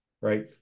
right